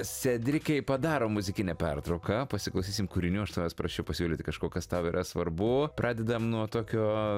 sedrikai padarom muzikinę pertrauką pasiklausysim kūrinių aš tavęs prašiau pasiūlyti kažko kas tau yra svarbu pradedam nuo tokio